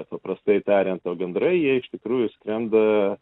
paprastai tariant o gandrai jie iš tikrųjų skrenda